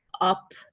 up